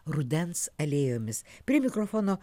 rudens alėjomis prie mikrofono